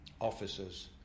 officers